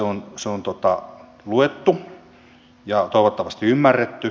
kyllä se on luettu ja toivottavasti ymmärretty